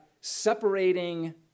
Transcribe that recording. Separating